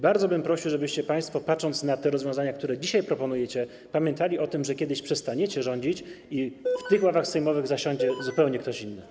Bardzo bym prosił, żebyście państwo, patrząc na rozwiązania, które dzisiaj proponujecie, pamiętali o tym, że kiedyś przestaniecie rządzić i w tych ławach sejmowych zasiądzie ktoś zupełnie inny.